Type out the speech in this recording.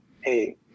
hey